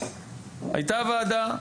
הייתה ועדה,